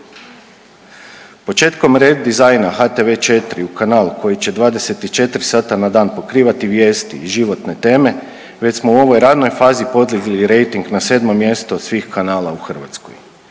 Početkom redizajna HTV4 u kanal koji će 24 sata na dan pokrivati vijesti i životne teme već smo u ovoj ranoj fazi podigli rejting na sedmo mjesto od svih kanala u Hrvatskoj.